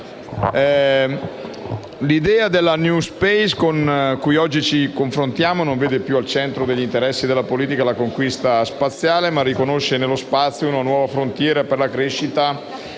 l'idea della *new space* con cui oggi ci confrontiamo non vede più al centro degli interessi della politica la conquista spaziale, ma riconosce nello spazio una nuova frontiera per la crescita